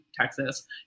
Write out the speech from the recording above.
Texas